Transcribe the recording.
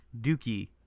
dookie